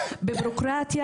בביורוקרטיה,